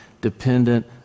dependent